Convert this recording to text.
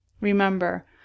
Remember